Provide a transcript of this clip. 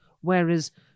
Whereas